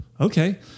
Okay